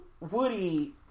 Woody